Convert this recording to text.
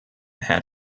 had